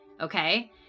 okay